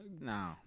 No